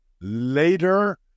later